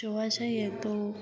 જોવા જઈએ તો